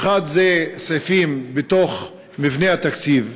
האחד, סעיפים בתוך מבנה התקציב,